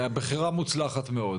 בחירה מוצלחת מאוד.